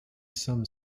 some